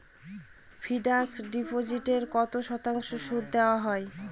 Fixed ডিপোজিটে কত শতাংশ সুদ দেওয়া হয়?